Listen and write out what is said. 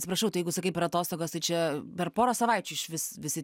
atsiprašau tai jeigu sakai per atostogas tai čia per porą savaičių išvis visi